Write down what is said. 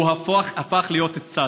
הוא הפך להיות צד.